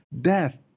Death